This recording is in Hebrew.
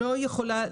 לא יכולה.